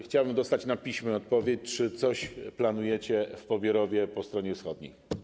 Chciałbym dostać na piśmie odpowiedź na pytanie, czy coś planujecie w Pobierowie po stronie wschodniej.